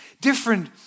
different